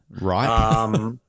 Right